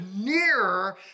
nearer